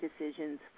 decisions